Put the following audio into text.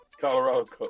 Colorado